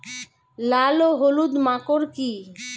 লাল ও হলুদ মাকর কী?